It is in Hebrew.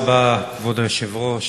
כבוד היושב-ראש,